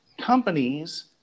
companies